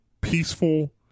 peaceful